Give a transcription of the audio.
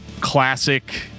classic